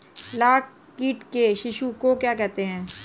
लाख कीट के शिशु को क्या कहते हैं?